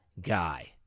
guy